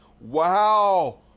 Wow